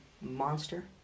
monster